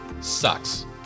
sucks